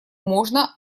можно